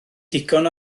digon